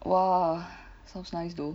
!wah! sounds nice though